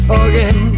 again